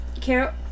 Carol